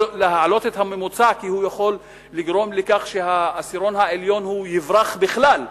כי הוא יכול לגרום לכך שהעשירון העליון יברח בכלל,